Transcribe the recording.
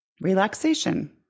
relaxation